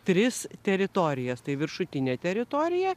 tris teritorijas tai viršutinę teritoriją